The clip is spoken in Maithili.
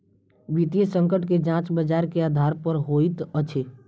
वित्तीय संकट के जांच बजार के आधार पर होइत अछि